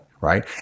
Right